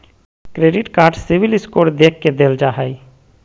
credit card CIBIL score देख के देल जा हइ